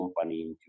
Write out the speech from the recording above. company